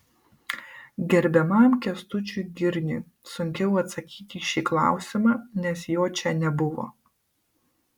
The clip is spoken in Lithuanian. gerbiamam kęstučiui girniui sunkiau atsakyti į šį klausimą nes jo čia nebuvo